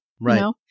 Right